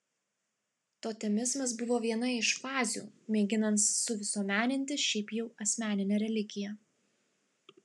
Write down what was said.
totemizmas buvo viena iš fazių mėginant suvisuomeninti šiaip jau asmeninę religiją